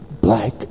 black